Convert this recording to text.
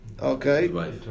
Okay